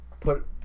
put